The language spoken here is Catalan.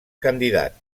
candidat